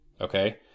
Okay